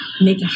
make